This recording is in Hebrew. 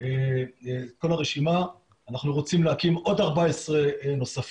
עם כול הרשימה אנחנו רוצים להקים עוד 14 נוספים,